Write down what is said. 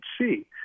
see